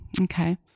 Okay